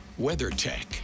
WeatherTech